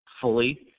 fully